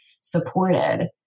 supported